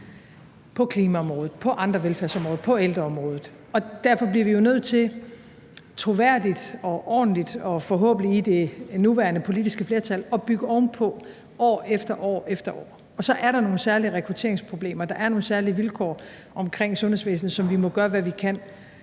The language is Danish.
på klimaområdet, på andre velfærdsområder, på ældreområdet. Derfor bliver vi nødt til troværdigt og ordentligt og forhåbentlig i det nuværende politiske flertal at bygge ovenpå år efter år efter år. Og så er der nogle særlige rekrutteringsproblemer, der er nogle særlige vilkår omkring sundhedsvæsenet, som vi må gøre, hvad vi kan,